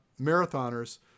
marathoners